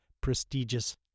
prestigious